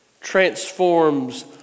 transforms